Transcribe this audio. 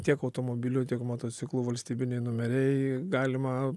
tiek automobilių tiek motociklų valstybiniai numeriai galima